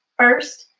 first,